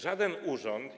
Żaden urząd.